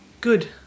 Good